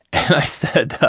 i said,